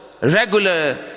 regular